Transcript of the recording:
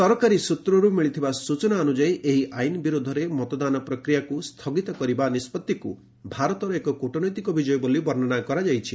ସରକାରୀ ସୂତ୍ରରୁ ମିଳିଥିବା ସୂଚନା ଅନୁଯାୟୀ ଏହି ଆଇନ୍ ବିରୋଧରେ ମତଦାନ ପ୍ରକ୍ରିୟାକୁ ସ୍ଥଗିତ କରିବା ନିଷ୍ପଭିକୁ ଭାରତର ଏକ କ୍ୱଟନୈତିକ ବିଜୟ ବୋଲି ବର୍ଣ୍ଣନା କରାଯାଇଛି